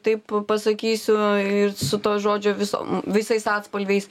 taip pasakysiu ir su to žodžio visom visais atspalviais